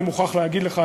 אני מוכרח להגיד לך,